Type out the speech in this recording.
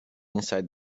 inside